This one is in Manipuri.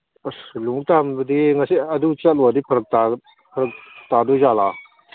ꯑꯁ ꯂꯣꯡꯎꯞ ꯇꯥꯟꯕꯗꯤ ꯉꯁꯤ ꯑꯗꯨ ꯆꯠꯂꯨꯔꯗꯤ ꯐꯔꯛ ꯐꯔꯛ ꯇꯥꯗꯣꯏꯖꯥꯠꯂꯥ